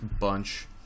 bunch